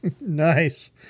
Nice